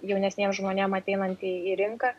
jaunesniems žmonėm ateinant į rinką